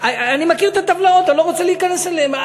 אני מכיר את הטבלאות, אני לא רוצה להיכנס אליהן.